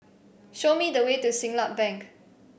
show me the way to Siglap Bank